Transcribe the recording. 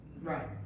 Right